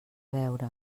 veure